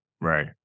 Right